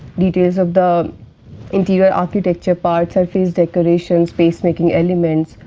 details of the interior-architecture parts, surface decoration, space-making elements,